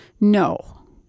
no